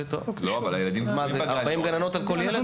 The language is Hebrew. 40 גננות על כל ילד?